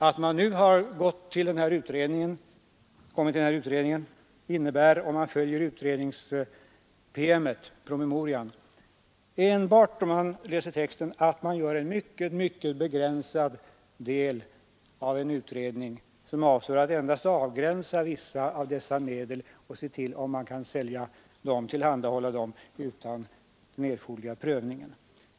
Att man har tillsatt denna utredning innebär, enligt texten i utredningspromemorian, enbart att man gör en mycket begränsad utredning, som endast avser att avgränsa vissa av dessa medel och undersöka om man kan tillhandahålla dem utan den erforderliga prövningen.